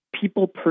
People